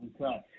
Okay